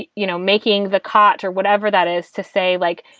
you you know, making the cot or whatever that is to say, like,